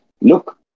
look